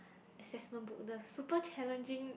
assessment book the super challenging